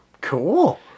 Cool